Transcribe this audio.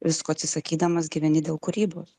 visko atsisakydamas gyveni dėl kūrybos